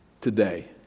today